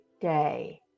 day